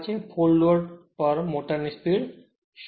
full load પર મોટરની speed શોધો